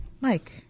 Mike